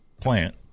plant